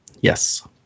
Yes